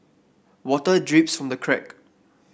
water drips from the crack